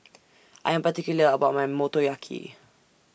I Am particular about My Motoyaki